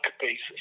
basis